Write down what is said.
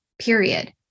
period